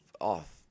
off